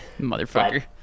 Motherfucker